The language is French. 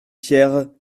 pierre